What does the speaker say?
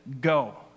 Go